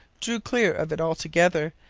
drew clear of it altogether,